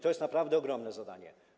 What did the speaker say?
To jest naprawdę ogromne zadanie.